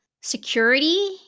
security